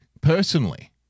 personally